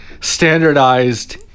standardized